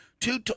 Two